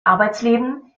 arbeitsleben